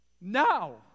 now